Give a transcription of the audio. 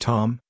Tom